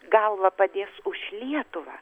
galvą padės už lietuvą